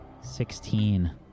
Sixteen